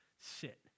Sit